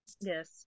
Yes